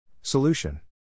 Solution